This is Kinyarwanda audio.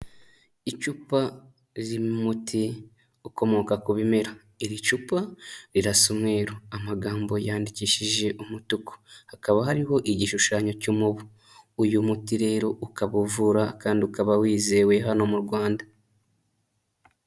Icupa ririmo umuti ukomoka ku bimera, iri cupa rirasa umweruru, amagambo yandikishije umutuku, hakaba hariho igishushanyo cy'umubu, uyu muti rero ukaba uvura kandi ukaba wizewe hano mu Rwanda.